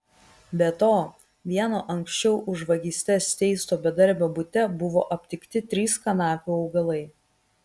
be to vieno anksčiau už vagystes teisto bedarbio bute buvo aptikti trys kanapių augalai